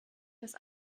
des